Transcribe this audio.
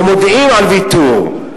ומודיעים על ויתור,